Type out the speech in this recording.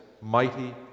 mighty